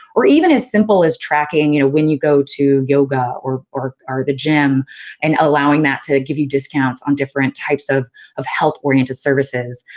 or, even as simple as tracking you know when you go to yoga or or the gym and allowing that to give you discounts on different types of of health-oriented services.